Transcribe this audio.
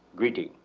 greeting.